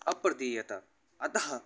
अप्रदीयत अतः